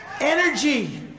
energy